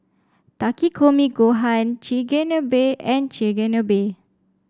Takikomi Gohan Chigenabe and Chigenabe